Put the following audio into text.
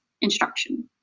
instruction